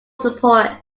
support